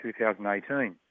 2018